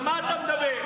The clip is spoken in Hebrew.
על מה אתה מדבר?